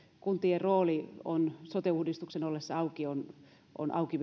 kuntien rooli on auki sote uudistuksen ollessa auki